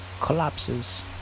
collapses